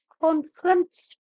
Conference